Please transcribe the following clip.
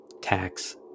tax